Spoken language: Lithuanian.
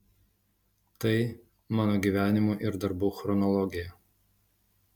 tai mano gyvenimo ir darbų chronologija